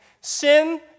sin